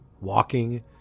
walking